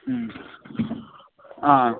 অঁ